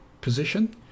position